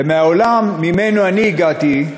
ובעולם שממנו אני הגעתי,